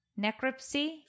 Necropsy